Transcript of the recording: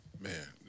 Man